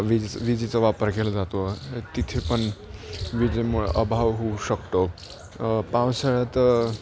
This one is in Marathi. विजेच विजेचा वापर केला जातो तिथे पण विजेमुळे अभाव होऊ शकतो पावसाळ्यात